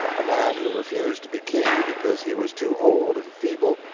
a man who refused to be king because he was too old and feeble,